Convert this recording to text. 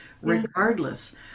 Regardless